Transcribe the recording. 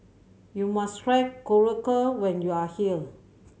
you must try Korokke when you are here